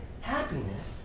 happiness